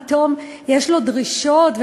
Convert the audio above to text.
פתאום יש לו דרישות,